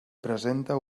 presenta